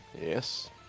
Yes